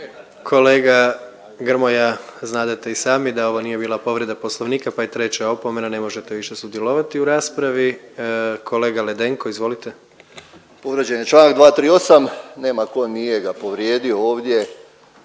Kolega Grmoja znadete i sami da ovo nije bila povreda Poslovnika pa je treća opomena. Ne možete više sudjelovati u raspravi. Kolega Ledenko izvolite. **Ledenko, Ivica (MOST)** Povrijeđen je čl. 238. Nema tko nije ga povrijedio ovdje.